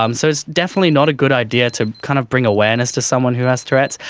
um so it's definitely not a good idea to kind of bring awareness to someone who has tourette's.